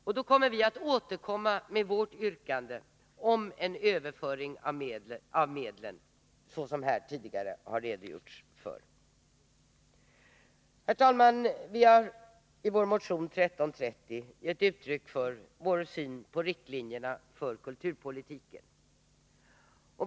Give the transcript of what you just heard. Då återkommer vi med vårt yrkande om en överföring av medlen, såsom här tidigare har redogjorts för. Herr talman! Vi har i vår motion 1330 gett uttryck för vår syn på riktlinjerna för kulturpolitiken.